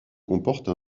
comporte